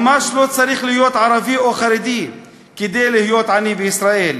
ממש לא צריך להיות ערבי או חרדי כדי להיות עני בישראל.